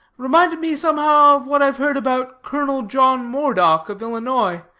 reminded me somehow of what i've heard about colonel john moredock, of illinois,